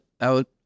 out